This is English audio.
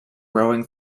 rowing